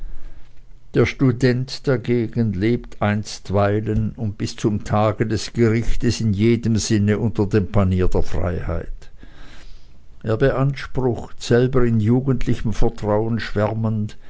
der student dagegen lebt einstweilen und bis zum tage des gerichtes in jedem sinne unter dem panier der freiheit er beansprucht selber in jugendlichem vertrauen schwärmend